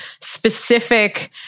specific